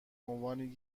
عنوان